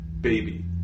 baby